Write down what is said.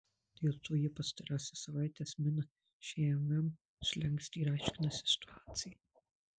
dėl to jie pastarąsias savaites mina šmm slenkstį ir aiškinasi situaciją